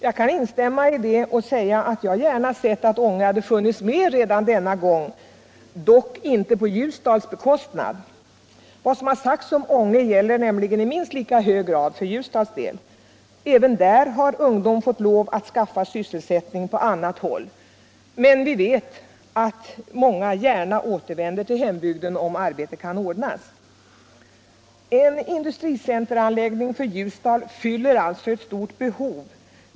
Jag kan instämma i detta och säga att jag gärna sett att Ånge funnits med redan denna gång, dock inte på Ljusdals bekostnad. Vad som sagts om Ånge gäller nämligen i minst lika hög grad för Ljusdal. Även där har ungdomen fått lov att skaffa sysselsättning på annat håll, men vi vet att många gärna återvänder till hembygden, om arbete kan ordnas. En industricenteranläggning för Ljusdal fyller alltså ett stort behov.